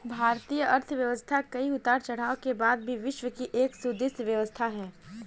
भारतीय अर्थव्यवस्था कई उतार चढ़ाव के बाद भी विश्व की एक सुदृढ़ व्यवस्था है